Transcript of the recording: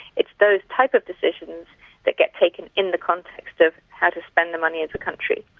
it's those type of decisions that get taken in the context of how to spend the money as a country.